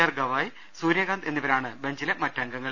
R Gavai Suryakant എന്നിവരാണ് ബെഞ്ചിലെ മറ്റംഗങ്ങൾ